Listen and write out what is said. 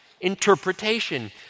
interpretation